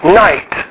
night